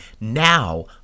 now